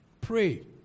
pray